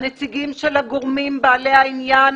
ובהמשך הנציגים של הגורמים בעלי העניין